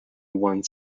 one